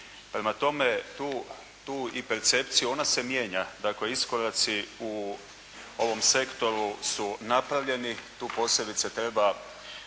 Prema tome, tu i percepciju, ona se mijenja, dakle iskoraci u ovom sektoru su napravljeni. Tu posebice treba